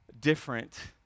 different